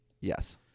Yes